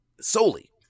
solely